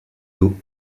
dos